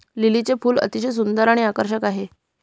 लिलीचे फूल अतिशय सुंदर आणि आकर्षक आहे